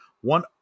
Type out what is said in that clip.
One